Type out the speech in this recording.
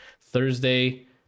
Thursday